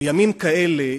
בימים כאלה,